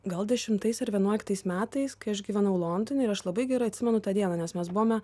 gal dešimtais ar vienuoliktais metais kai aš gyvenau londone ir aš labai gerai atsimenu tą dieną nes mes buvome